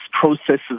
processes